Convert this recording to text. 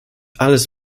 alles